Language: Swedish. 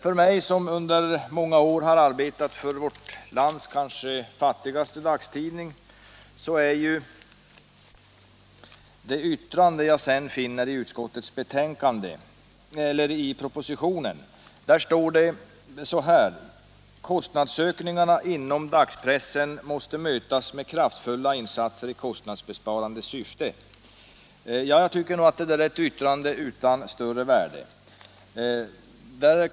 För mig som under många år har arbetat för vårt lands kanske fattigaste dagstidning är yttrandet i propositionen, att kostnadsökningarna inom dagspressen måste mötas med kraftfulla insatser i kostnadsbesparande syfte, ett yttrande utan större värde.